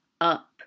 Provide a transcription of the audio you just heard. up